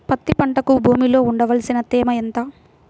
పత్తి పంటకు భూమిలో ఉండవలసిన తేమ ఎంత?